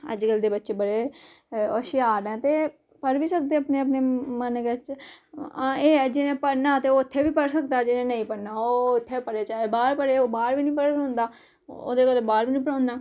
अज्जकल दे बच्चे बड़े होशियार न ते पढ़ बी सकदे अपने अपने मन बिच्च हां एह् ऐ जि'नें पढ़ना होए ते ओह् इत्थै बी पढ़ी सकदा जि'नें नेईं पढ़ना ओह् इत्थै पढ़ै चाहे बाह्र पढ़ै ओह् बाह्र बी नी पढ़न होंदा ओह्दे कोला बाह्र बी नी पढ़ोंदा